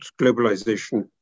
globalization